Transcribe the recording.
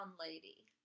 lady